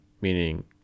meaning